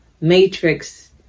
matrix